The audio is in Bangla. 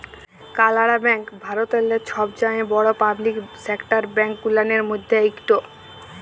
কালাড়া ব্যাংক ভারতেল্লে ছবচাঁয়ে বড় পাবলিক সেকটার ব্যাংক গুলানের ম্যধে ইকট